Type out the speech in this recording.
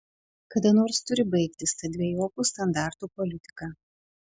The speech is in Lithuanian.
kada nors turi baigtis ta dvejopų standartų politika